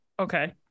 Okay